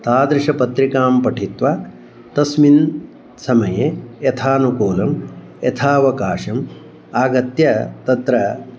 तादृशां पत्रिकां पठित्वा तस्मिन् समये यथानुकूलं यथावकाशम् आगत्य तत्र